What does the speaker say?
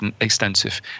extensive